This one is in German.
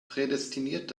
prädestiniert